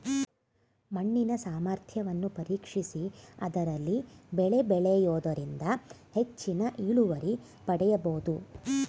ಮಣ್ಣಿನ ಸಾಮರ್ಥ್ಯವನ್ನು ಪರೀಕ್ಷಿಸಿ ಅದರಲ್ಲಿ ಬೆಳೆ ಬೆಳೆಯೂದರಿಂದ ಹೆಚ್ಚಿನ ಇಳುವರಿ ಪಡೆಯಬೋದು